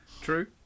True